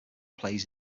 plays